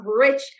rich